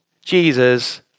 Jesus